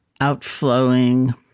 outflowing